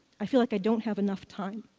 i feel like i don't have enough time.